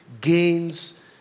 gains